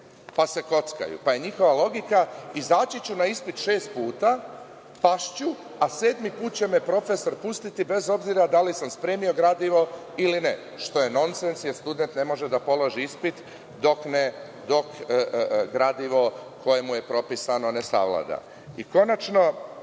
pa se kockaju, pa je njihova logika, izaći ću na ispit šest puta, pašću a sedmi put će me profesor pustiti bez obzira da li sam spremio gradivo ili ne, što je nonsens, jer student ne može da položi ispit dok gradivo koje mu je propisano ne savlada. Konačno,